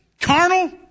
carnal